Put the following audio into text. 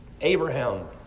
Abraham